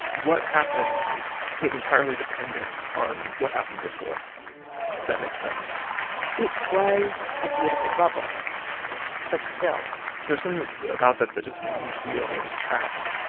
what happened was entirely dependent on what happened before, if that makes sense it was a beautiful bubble but still there's something about that that just made me feel trapped,